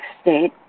state